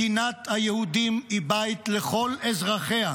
מדינת היהודים היא בית לכל אזרחיה,